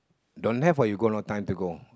don't have or you go no time to go